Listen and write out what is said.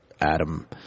Adam